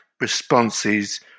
responses